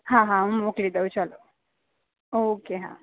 હા હા હું મોકલી દઉં ચાલો ઓકે હા